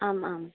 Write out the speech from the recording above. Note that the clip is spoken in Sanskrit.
आम् आम्